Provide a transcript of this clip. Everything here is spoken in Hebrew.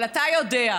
אבל אתה יודע,